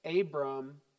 Abram